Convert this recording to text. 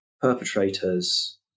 perpetrators